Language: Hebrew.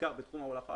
בעיקר בתחום ההולכה